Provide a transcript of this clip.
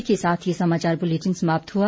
इसी के साथ ये समाचार बुलेटिन समाप्त हुआ